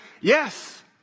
Yes